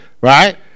right